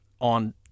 on